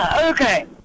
Okay